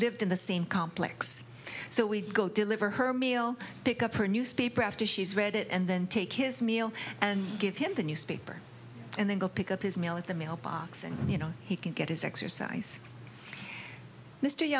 lived in the same complex so we'd go deliver her meal pick up her newspaper after she's read it and then take his meal and give him the newspaper and then go pick up his mail at the mailbox and you know he can get his exercise mr y